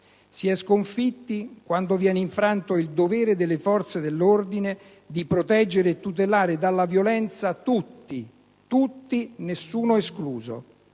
si è sconfitti quando viene infranto il dovere delle forze dell'ordine di proteggere e tutelare dalla violenza tutti, nessuno escluso;